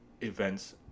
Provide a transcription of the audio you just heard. events